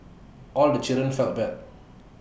all the children felt bad